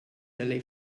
allez